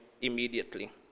immediately